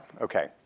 okay